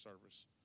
Service